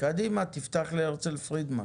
קודם כל, תודה רבה על ההזדמנות.